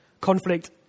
Conflict